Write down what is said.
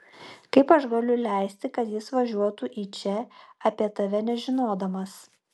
kaip aš galiu leisti kad jis važiuotų į čia apie tave nežinodamas